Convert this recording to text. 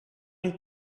and